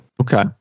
okay